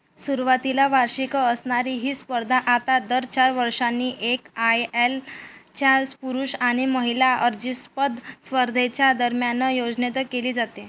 सुरुवातीला वार्षिक असणारी ही स्पर्धा आता दर चार वर्षांनी एक आय एल च्याच पुरुष आणि महिला अर्जिस्पद स्पर्धेच्या दरम्यान योजनेत केली जाते